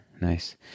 nice